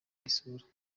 isura